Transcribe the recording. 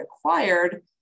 acquired